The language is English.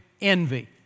envy